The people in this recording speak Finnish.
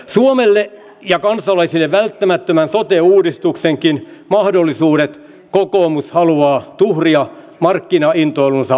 suomelle ja kansalaisille välttämättömän sote uudistuksenkin mahdollisuudet kokoomus haluaa tuhria markkinaintoilunsa alttarille